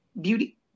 beauty